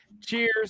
Cheers